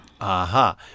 Aha